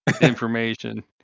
Information